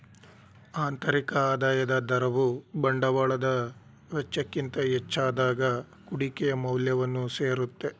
ಆಂತರಿಕ ಆದಾಯದ ದರವು ಬಂಡವಾಳದ ವೆಚ್ಚಕ್ಕಿಂತ ಹೆಚ್ಚಾದಾಗ ಕುಡಿಕೆಯ ಮೌಲ್ಯವನ್ನು ಸೇರುತ್ತೆ